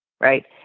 right